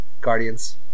Guardians